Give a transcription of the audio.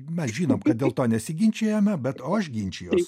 mes žinom kad dėl to nesiginčijame bet o aš ginčijuos